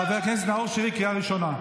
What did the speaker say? חבר הכנסת נאור שירי, קריאה ראשונה.